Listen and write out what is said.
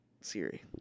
Siri